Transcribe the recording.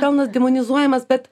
pelnas demonizuojamas bet